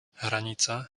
hranica